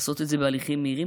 לעשות את זה בהליכים מהירים,